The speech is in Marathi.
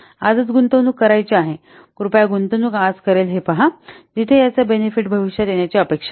आजच गुंतवणूक क रायची आहे कृपया गुंतवणूक आज करेल हे पहा जिथे याचा बेनिफिट भविष्यात येण्याची अपेक्षा आहे